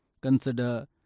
Consider